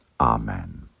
Amen